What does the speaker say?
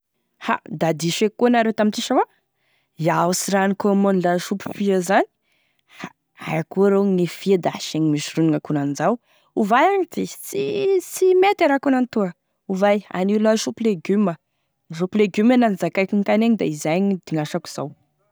A da diso eky koa anareo tamin'ity sa hoa, iaho sy raha nicommande lasopy fia zany, aia koa gne fia rô da asiagny misy roniny akonan'izao, ovay agny ty, sy mety e raha akonan'itoa, ovay an'io lasopy legioma lasopy legioma e laha nozakaiko teo, da izay e digniasako zao.